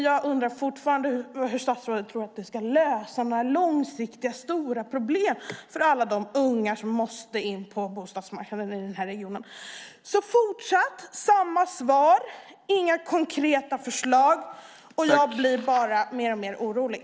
Jag undrar fortfarande hur statsrådet tror att det ska lösa några långsiktiga, stora problem för alla de unga som måste in på bostadsmarknaden i regionen. Det är fortsatt samma svar och inga konkreta förslag. Jag blir bara mer och mer orolig.